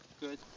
good